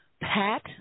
pat